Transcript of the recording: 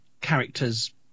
characters –